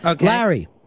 Larry